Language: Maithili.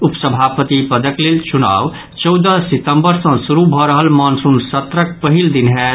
उप सभापति पदक लेल चुनाव चौदह सितम्बर सँ शुरू भऽ रहल मॉनसून सत्र पहिल दिन होयत